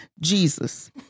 Jesus